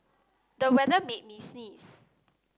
the weather made me sneeze